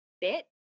bit